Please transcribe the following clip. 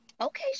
okay